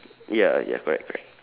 ya ya correct correct